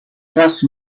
class